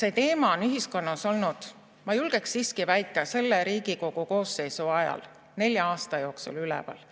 See teema on ühiskonnas olnud, ma julgeksin siiski väita, selle Riigikogu koosseisu ajal nelja aasta jooksul üleval.